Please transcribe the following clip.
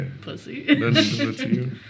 Pussy